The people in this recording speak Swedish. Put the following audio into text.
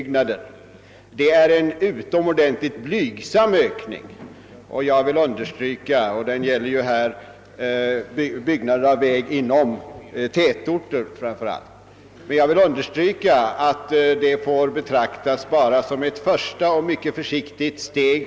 Ökningen är emellertid utomordentligt blygsam och gäller framför allt nybyggnader av vägar inom tätorter. Jag vill understryka att den ökningen endast får betraktas som att första steg.